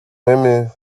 women